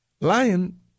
Lion